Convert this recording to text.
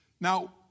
Now